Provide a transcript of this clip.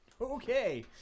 Okay